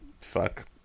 fuck